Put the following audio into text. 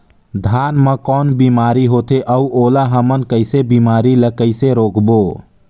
धान मा कौन बीमारी होथे अउ ओला हमन कइसे बीमारी ला कइसे रोकबो?